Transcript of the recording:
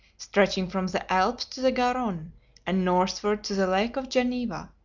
stretching from the alps to the garonne and northward to the lake of geneva,